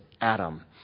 Adam